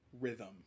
rhythm